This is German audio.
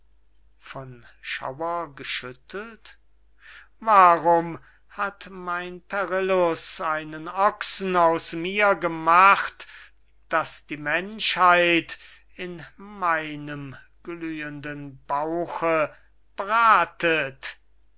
geschüttelt warum hat mein perillus einen ochsen aus mir gemacht daß die menschheit in meinem glühenden bauche bratet